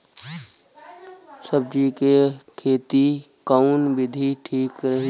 सब्जी क खेती कऊन विधि ठीक रही?